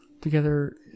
together